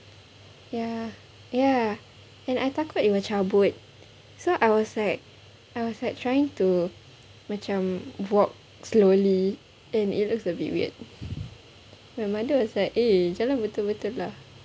ya ya and I takut it will cabut so I was like I was like trying to macam walk slowly and it looks a bit weird my mother was like eh jalan betul-betul lah